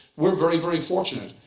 we're very, very fortunate.